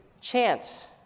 chance